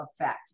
effect